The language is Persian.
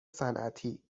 صنعتی